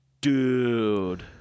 dude